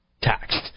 Taxed